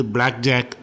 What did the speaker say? Blackjack